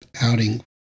outing